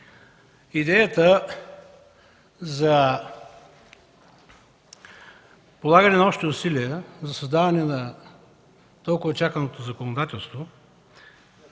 идеята за полагане на общи усилия за създаване на толкова чаканото законодателство